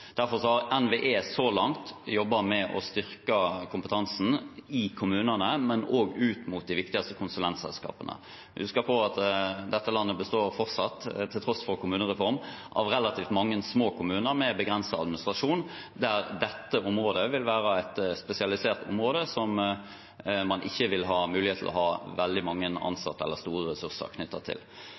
Derfor har NVE så langt jobbet med å styrke kompetansen i kommunene, men også ut mot de viktigste konsulentselskapene. Vi må huske på at dette landet fortsatt – til tross for kommunereform – består av relativt mange små kommuner med begrenset administrasjon, der dette vil være et spesialisert område som man ikke vil ha mulighet til å ha veldig mange ansatte eller store ressurser knyttet til.